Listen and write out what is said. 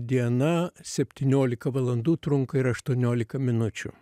diena septyniolika valandų trunka ir aštuoniolika minučių